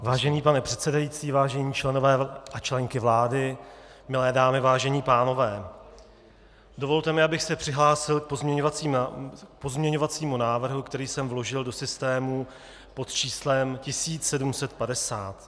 Vážený pane předsedající, vážení členové a členky vlády, milé dámy, vážení pánové, dovolte mi, abych se přihlásil k pozměňovacímu návrhu, který jsem vložil do systému pod číslem 1750.